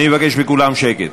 אני מבקש מכולם שקט.